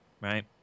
Right